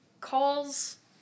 calls